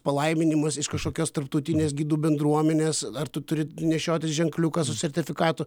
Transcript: palaiminimas iš kažkokios tarptautinės gidų bendruomenės ar tu turi nešiotis ženkliuką su sertifikatu